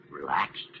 Relaxed